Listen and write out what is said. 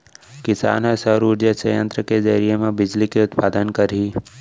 किसान ह सउर उरजा संयत्र के जरिए म बिजली के उत्पादन करही